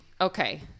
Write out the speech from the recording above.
Okay